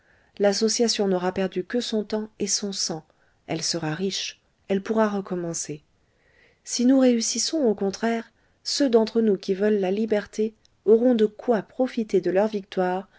l'association n'aura perdu que son temps et son sang elle sera riche elle pourra recommencer si nous réussissons au contraire ceux d'entre nous qui veulent la liberté auront de quoi profiter de leur victoire